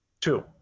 two